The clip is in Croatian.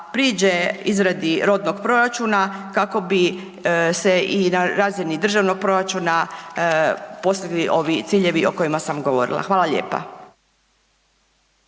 priđe izradi rodnog proračuna kako bi se i na razini državnog proračuna postigli ovi ciljevi o kojima sam govorila. Hvala lijepa.